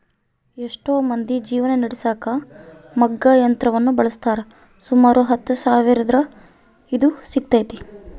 ಎಷ್ಟೊ ಮಂದಿ ಜೀವನ ನಡೆಸಕ ಮಗ್ಗ ಯಂತ್ರವನ್ನ ಬಳಸ್ತಾರ, ಸುಮಾರು ಹತ್ತು ಸಾವಿರವಿದ್ರ ಇದು ಸಿಗ್ತತೆ